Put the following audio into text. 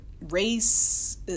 race